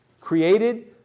created